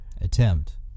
Attempt